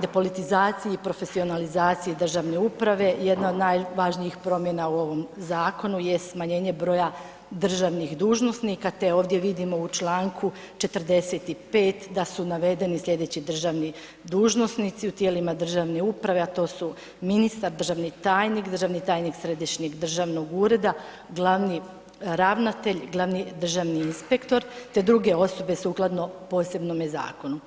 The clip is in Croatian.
depolitizaciji i profesionalizaciji državne uprave, jedna od najvažnijih promjena u ovom zakonu je smanjenje broja državnih dužnosnika te ovdje vidimo u članku 45. da su navedeni slijedeći državni dužnosnici u tijelima državne uprave a to su ministar, državni tajnik, državni tajnik središnjeg državnog ureda, glavni ravnatelj, glavni državni inspektor te druge osobe sukladno posebnome zakonu.